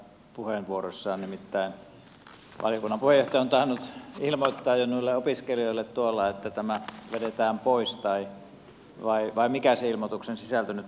nimittäin valiokunnan puheenjohtaja on tainnut ilmoittaa jo noille opiskelijoille että tämä vedetään pois vai mikä sen ilmoituksen sisältö nyt on sitten ollut